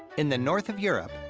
in the north of europe,